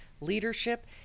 leadership